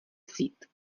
vzít